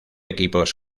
equipos